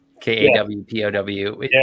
K-A-W-P-O-W